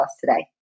today